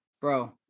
bro